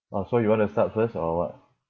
ah so you want to start first or what